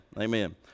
Amen